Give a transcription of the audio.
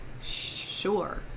sure